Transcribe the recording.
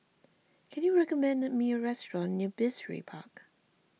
can you recommend me a restaurant near Brizay Park